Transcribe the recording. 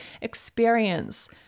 experience